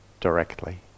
directly